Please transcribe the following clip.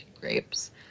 grapes